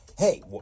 hey